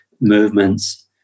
movements